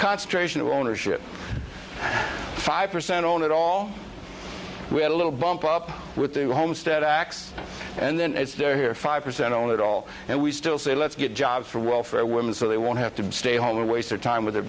concentration of ownership five percent owned it all we had a little bump up with the homestead acts and then it's there here five percent on it all and we still say let's get jobs for welfare women so they won't have to stay home or waste their time with the